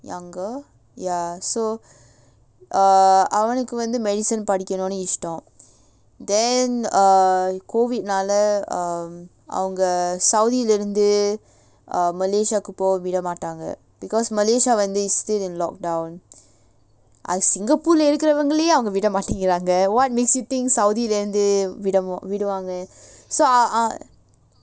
younger ya so uh அவனுக்கு வந்து:avanukku vanthu medicine படிக்கனும்ண்டு இஷ்டம்:padikanumdu ishtam then err COVID நால அவங்க:naala avanga saudi leh இருந்து:irunthu malaysia கு போவ விட மாட்டாங்க:ku pova vida maataanga because malaysia வந்து:vanthu it's still in lockdown அதுல:athula singapore leh இருக்குறவங்களேயே அவங்க விட மாட்டேங்குறாங்க:irukkuravangalayae avanga vida maataenguraanga what makes you think saudi இருந்து விடு விடுவாங்க:irunthu vidu viduvaanga so ah ah